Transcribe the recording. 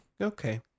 Okay